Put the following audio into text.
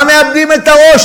מה מאבדים את הראש?